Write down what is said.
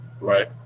Right